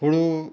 ᱦᱩᱲᱩ